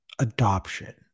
adoption